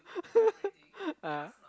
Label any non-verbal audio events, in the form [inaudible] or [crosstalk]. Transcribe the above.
[laughs] ah